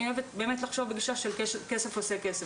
אני אוהבת לחשוב בגישה של "כסף עושה כסף",